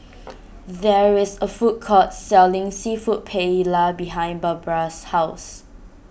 there is a food court selling Seafood Paella behind Barbra's house